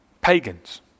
Pagans